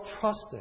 trusting